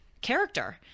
character